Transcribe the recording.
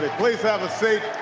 but please have a seat.